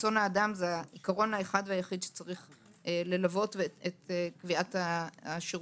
רצון האדם זה העיקרון האחד והיחיד שצריך ללוות את קביעת השירותים.